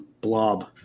blob